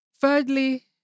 Thirdly